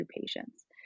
patients